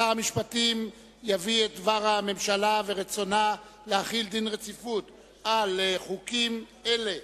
שר המשפטים יביא את דבר הממשלה ורצונה להחיל דין רציפות על חוקים אלה: